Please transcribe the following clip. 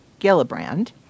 Gillibrand